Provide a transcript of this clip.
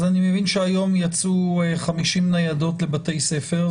אני מבין שהיום יצאו 50 ניידות לבתי ספר.